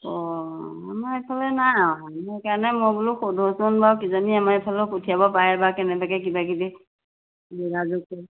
অঁ আমাৰ ইফালে নাই আমাৰ কাৰণে মই বোলো সোধোচোন বাৰু কিজানি আমাৰ ইফালেও পঠিয়াব পাৰে বা কেনেবাকে কিবা কিবি যোগাযোগ